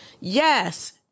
Yes